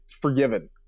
forgiven